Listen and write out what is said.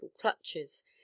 clutches